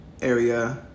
Area